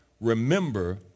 remember